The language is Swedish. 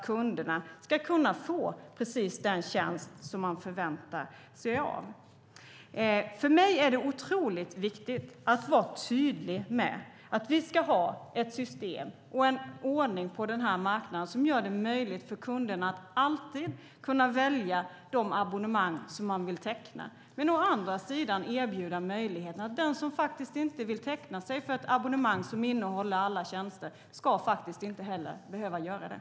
Kunderna ska kunna få precis de tjänster som de förväntar sig. För mig är det otroligt viktigt att vara tydlig med att vi ska ha ett system och en ordning på den här marknaden som gör att kunderna alltid kan välja de abonnemang som de vill teckna. Men å andra sidan ska den som inte vill teckna sig för ett abonnemang som innehåller alla tjänster inte heller behöva göra det.